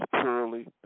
purely